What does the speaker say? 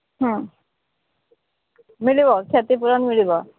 ହଁ ମିଳିବ କ୍ଷତି ପୂରଣ ମିଳିବ